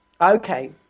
Okay